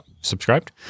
subscribed